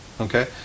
Okay